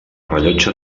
rellotge